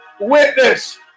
witness